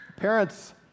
Parents